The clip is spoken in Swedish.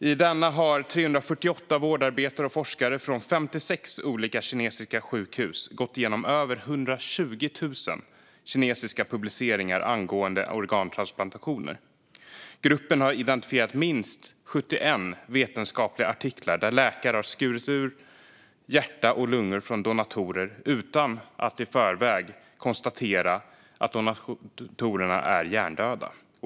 I denna har 348 vårdarbetare och forskare från 56 olika kinesiska sjukhus gått igenom över 120 000 kinesiska publiceringar angående organtransplantationer. Gruppen har identifierat minst 71 vetenskapliga artiklar där läkare har skurit ur hjärta och lungor från donatorer utan att i förväg konstatera att donatorerna var hjärndöda.